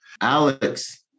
Alex